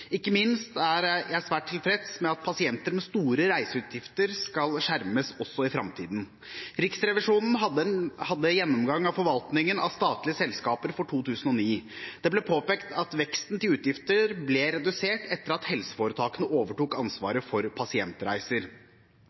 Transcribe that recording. Ikke minst er jeg svært tilfreds med at pasienter med store reiseutgifter skal skjermes også i framtiden. Riksrevisjonen hadde gjennomgang av forvaltningen av statlige selskaper for 2009. Det ble påpekt at veksten til utgifter ble redusert etter at helseforetakene overtok ansvaret for pasientreiser.